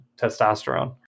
testosterone